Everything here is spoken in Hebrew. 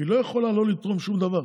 היא לא יכולה לא לתרום שום דבר,